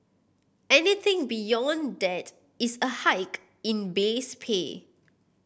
anything beyond that is a hike in base pay